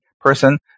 person